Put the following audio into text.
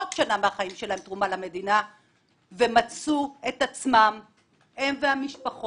עוד שנה מהחיים שלהם ומצאו את מותם והמשפחות